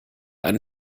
einen